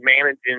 managing